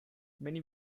many